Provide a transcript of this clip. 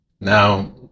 now